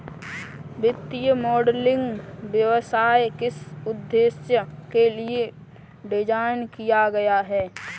वित्तीय मॉडलिंग व्यवसाय किस उद्देश्य के लिए डिज़ाइन किया गया है?